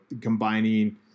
combining